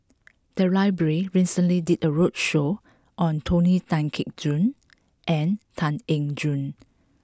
the library recently did a roadshow on Tony Tan Keng Joo and Tan Eng Joo